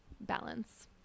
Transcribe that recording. balance